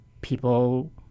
people